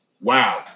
Wow